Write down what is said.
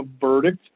verdict